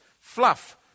fluff